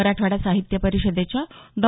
मराठवाडा साहित्य परिषदेच्या डॉ